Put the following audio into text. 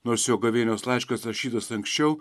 nors jo gavėnios laiškas rašytas anksčiau